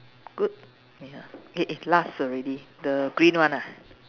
good ya eh eh last already the green one ah